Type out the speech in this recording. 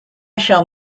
shall